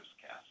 cast